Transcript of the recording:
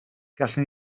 gallwn